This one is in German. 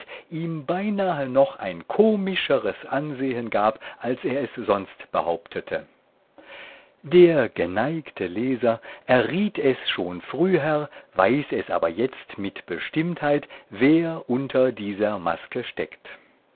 ihm beinahe noch ein komischeres ansehen gab als er es sonst behauptete der geneigte leser erriet es schon früher weiß es aber jetzt mit bestimmtheit wer unter dieser maske steckt